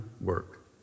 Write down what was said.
work